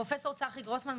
פרופ' צחי גרוסמן,